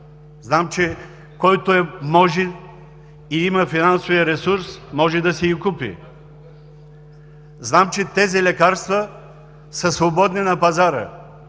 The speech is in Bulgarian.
Знам, че който може и има финансовия ресурс, може да си ги купи. Знам, че тези лекарства са свободни на пазара.